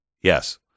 Yes